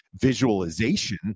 visualization